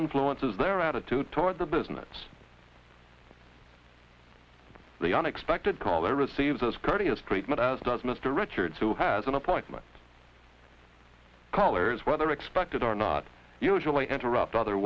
influences their attitude toward the business the unexpected caller receives as courteous treatment as does mr richards who has an appointment colors rather expected are not usually interrupt other